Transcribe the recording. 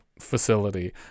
facility